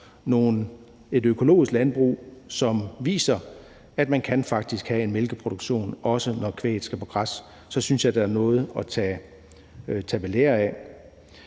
et økologisk landbrug, som viser, at man faktisk kan have en mælkeproduktion, også når kvæget skal på græs, så synes jeg, der er noget at tage ved lære af.